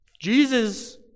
Jesus